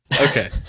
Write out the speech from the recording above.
okay